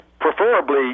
preferably